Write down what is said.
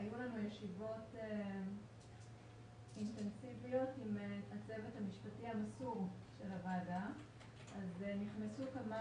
היו לנו ישיבות אינטנסיביות הצוות המקצועי המסור של הוועדה ונכנסו כמה